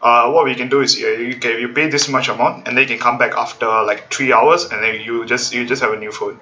uh what we can do is eh you can you pay this much amount and then you can come back after like three hours and then you just you just have a new phone